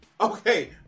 Okay